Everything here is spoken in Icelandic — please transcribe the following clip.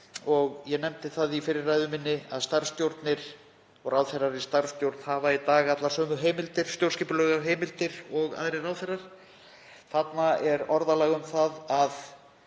og ég nefndi það í fyrri ræðu minni að starfsstjórnir og ráðherrar í starfsstjórn hafa í dag allar sömu stjórnskipulegar heimildir og aðrir ráðherrar. Þarna er orðalag um að